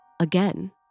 again